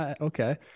Okay